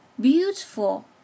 beautiful